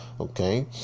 okay